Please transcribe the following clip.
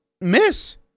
miss